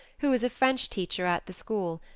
who was a french teacher at the school,